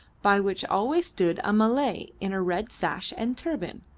by which always stood a malay in a red sash and turban,